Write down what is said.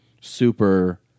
super